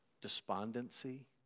despondency